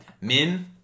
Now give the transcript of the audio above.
Min